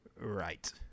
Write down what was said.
Right